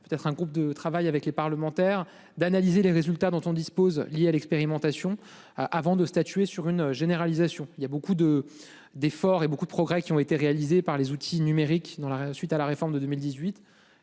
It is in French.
à. Un groupe de travail avec les parlementaires d'analyser les résultats dont on dispose, liées à l'expérimentation. Avant de statuer sur une généralisation, il y a beaucoup de d'efforts et beaucoup de progrès qui ont été réalisées par les outils numériques dans la suite à la réforme de 2018,